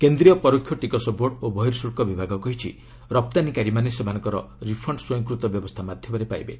କେନ୍ଦ୍ରୀୟ ପରୋକ୍ଷ ଟିକସ ବୋର୍ଡ ଓ ବହିଃଶୁଳ୍କ ବିଭାଗ କହିଛି ରପ୍ତାନୀକାରୀମାନେ ସେମାନଙ୍କର ରିଫଣ୍ଡ ସ୍ୱୟଂକୃତ ବ୍ୟବସ୍ଥା ମାଧ୍ୟମରେ ପାଇବେ